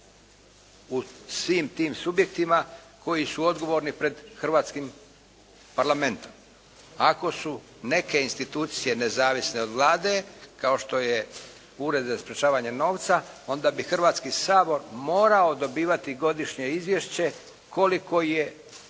u svim tim subjektima koji su odgovorni pred hrvatskim Parlamentom. Ako su neke institucije nezavisne od Vlade kao što je Ured za sprječavanje novca onda bi Hrvatski sabor morao dobivati godišnje izvješće koliko je taj